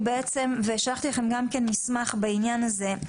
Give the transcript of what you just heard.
ובעצם שלחתי לכם גם כן מסמך בעניין הזה,